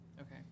okay